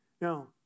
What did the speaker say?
Now